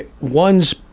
one's